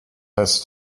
his